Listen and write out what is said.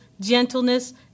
gentleness